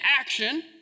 action